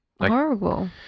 Horrible